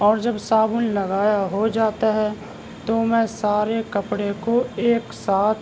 اور جب صابن لگایا ہو جاتا ہے تو میں سارے کپڑے کو ایک ساتھ